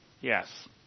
Yes